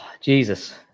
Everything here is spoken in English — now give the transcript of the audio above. Jesus